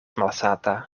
malsata